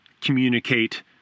communicate